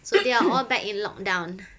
so they are all back in lockdown